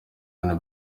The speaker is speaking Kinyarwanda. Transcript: hano